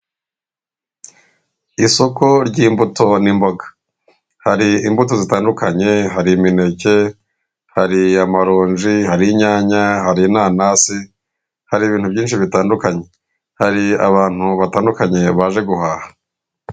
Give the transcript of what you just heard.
Isoko ry'imbuto n'imboga, hari imbuto zitandukanye hari imineke, hariya amaronji, hari inyanya, hari inanasi, hari ibintu byinshi bitandukanye, hari abantu batandukanye baje guhaha.